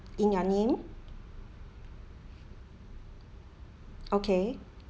in your name okay